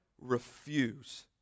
refuse